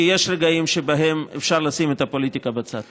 כי יש רגעים שבהם אפשר לשים את הפוליטיקה בצד.